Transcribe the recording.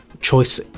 choice